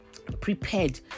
prepared